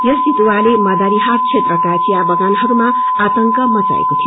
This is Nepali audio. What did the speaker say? यस चितुवाले मदारीहाट क्षेत्रका चिया बगानहरूमा आतंक मच्चाएको थियो